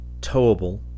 towable